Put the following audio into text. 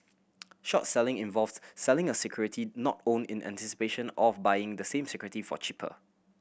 short selling involves selling a security not owned in anticipation of buying the same security for cheaper